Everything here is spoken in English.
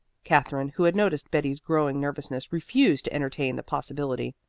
katherine, who had noticed betty's growing nervousness, refused to entertain the possibility.